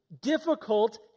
difficult